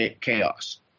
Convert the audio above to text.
chaos